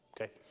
Okay